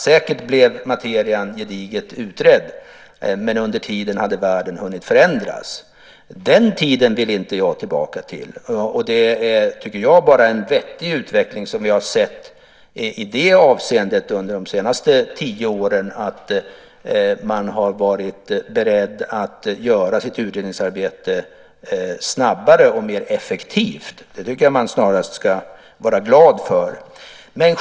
Säkert blev materian gediget utredd, men under tiden hade världen hunnit förändras. Den tiden vill jag inte tillbaka till. Jag tycker att det är en vettig utveckling som vi har sett i det avseendet under de senaste tio åren att man har varit beredd att göra sitt utredningsarbete snabbare och mer effektivt. Det tycker jag att man snarast ska vara glad för.